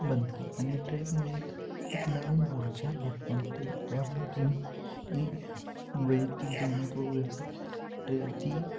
बनतं आणि ट्रेकमुळे एक एक नवीन ऊर्जा निर्माण होते ज्यामुळे तुम्ही ई वैयक्तिक जीवनात व व्यवस्थित ट्रे ती